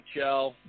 NHL